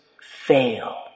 fail